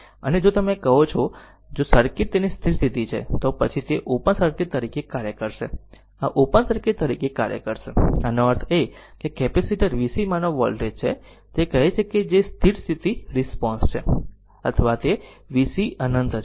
અને જો તે તમે કહો છો જો સર્કિટ તેની સ્થિર સ્થિતિ છે તો પછી તે ઓપન સર્કિટ તરીકે કાર્ય કરશે આ ઓપન સર્કિટ તરીકે કાર્ય કરશે આનો અર્થ એ કે આ કેપેસીટર vc માંનો વોલ્ટેજ છે તે કહે છે કે જે સ્થિર સ્થિતિ રિસ્પોન્સ છે અથવા તે vc અનંત છે